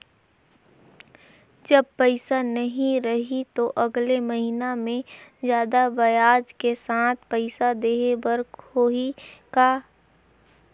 जब पइसा नहीं रही तो अगले महीना मे जादा ब्याज के साथ पइसा देहे बर होहि का?